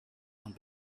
von